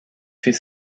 fait